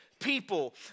people